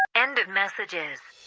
end of messages